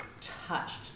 touched